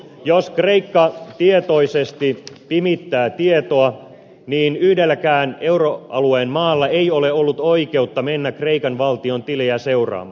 jos kreikka tietoisesti pimittää tietoa niin yhdelläkään euro alueen maalla ei ole ollut oikeutta mennä kreikan valtion tilejä seuraamaan